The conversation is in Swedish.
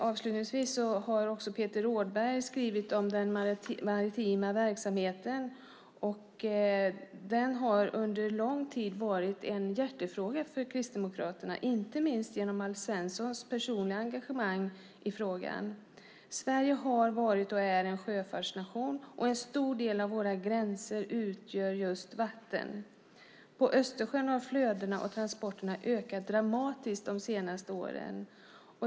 Avslutningsvis har också Peter Rådberg skrivit om den maritima verksamheten. Den har varit en hjärtefråga för Kristdemokraterna under lång tid, inte minst genom Alf Svenssons personliga engagemang i frågan. Sverige har varit och är en sjöfartsnation. En stor del av våra gränser utgörs av just vatten. På Östersjön har flödena och transporterna ökat dramatiskt de senaste åren.